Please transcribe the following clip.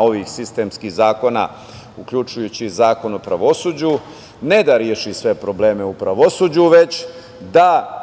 ovih sistemskih zakona, uključujući i Zakon o pravosuđu, ne da reši sve probleme u pravosuđu, već da